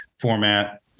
format